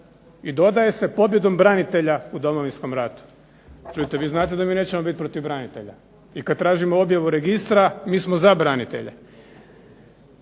i dodaje se "pobjedom branitelja u Domovinskom ratu". Čujte, vi znate da mi nećemo biti protiv branitelja i kad tražimo objavu registra mi smo za branitelje.